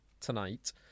tonight